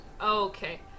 Okay